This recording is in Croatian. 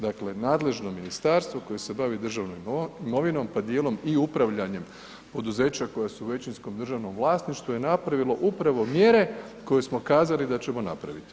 Dakle nadležno ministarstvo koje se bavi državnom imovinom pa djelom i upravljanjem poduzeća koja su u većinskom državnom vlasništvu je napravilo mjere koje smo kazali da ćemo napraviti.